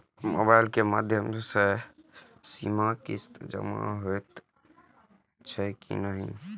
Mobile के माध्यम से सीमा किस्त जमा होई छै कि नहिं?